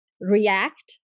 react